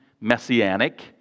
messianic